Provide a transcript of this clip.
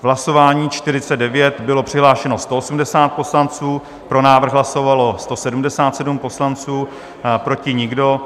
V hlasování číslo 49 bylo přihlášeno 180 poslanců, pro návrh hlasovalo 177 poslanců, proti nikdo.